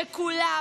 שכולה,